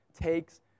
takes